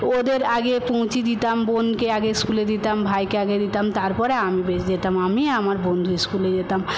ওদের আগে পৌঁছে দিতাম বোনকে আগে স্কুলে দিতাম ভাইকে আগে দিতাম তারপর আমি বেরিয়ে যেতাম আমি আমার বন্ধু স্কুলে যেতাম